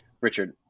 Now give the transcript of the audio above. Richard